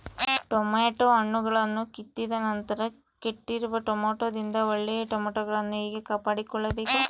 Tomato ಹಣ್ಣುಗಳನ್ನು ಕಿತ್ತಿದ ನಂತರ ಕೆಟ್ಟಿರುವ ಟೊಮೆಟೊದಿಂದ ಒಳ್ಳೆಯ ಟೊಮೆಟೊಗಳನ್ನು ಹೇಗೆ ಕಾಪಾಡಿಕೊಳ್ಳಬೇಕು?